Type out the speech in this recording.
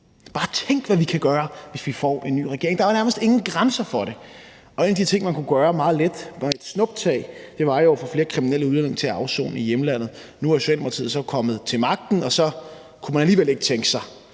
Bare tænk, hvad vi kan gøre, hvis vi får en ny regering. Der er jo nærmest ingen grænser for det, og en af de ting, man kunne gøre meget let med et snuptag, var jo at få flere kriminelle udlændinge til at afsone i hjemlandet. Nu er Socialdemokratiet så kommet til magten, og så kunne man alligevel ikke tænke sig